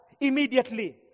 immediately